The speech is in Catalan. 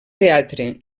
teatre